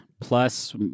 plus